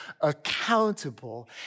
accountable